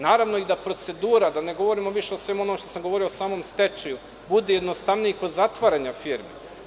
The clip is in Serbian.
Naravno da i procedura, da ne govorim više o svemu onome što sam govorio o samom stečaju, bude jednostavniji i kod zatvaranja firmi.